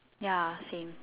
ya same